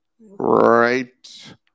right